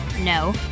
No